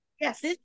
Yes